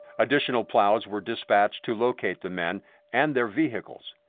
additional plows were dispatched to locate the men and their vehicles,